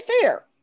fair